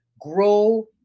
grow